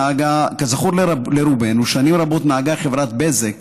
כזכור לרובנו, שנים רבות נהגה חברת בזק